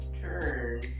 turn